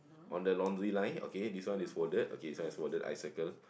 on the laundry line okay this one is folded okay this one is folded I circle